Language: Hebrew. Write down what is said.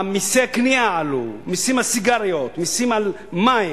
מסי הקנייה עלו, מסים על סיגריות, מסים על מים.